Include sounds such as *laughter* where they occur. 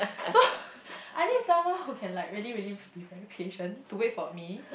so *laughs* I need someone who can like really really be very patient to wait for me